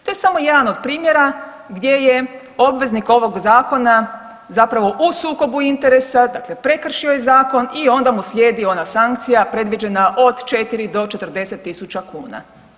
To je samo jedan od primjera gdje je obveznik ovog zakona zapravo u sukobu interesa, dakle prekršio je zakon i onda mu slijedi ona sankcija od 4 do 40.000 kuna.